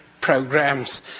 programs